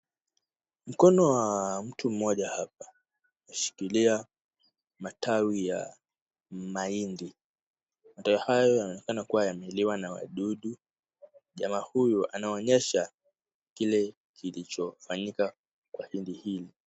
Mkono wa mtu mmoja hapa umeshikilia matawi ya mahindi. Matawi hayo yanaonekana kuwa yameliwa na wadudu. Jamaa huyu anaonyesha kile kilichofanyika kwa hindi hili.